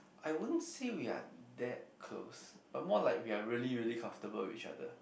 I won't say we are that close but more like we are really really comfortable with each other